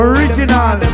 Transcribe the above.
Original